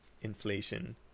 inflation